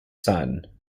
son